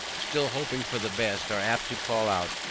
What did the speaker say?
still hoping for the best, are apt to call out,